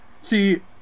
See